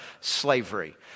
slavery